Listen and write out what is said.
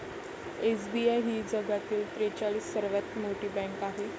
SBI ही जगातील त्रेचाळीस सर्वात मोठी बँक आहे